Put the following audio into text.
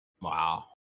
Wow